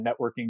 networking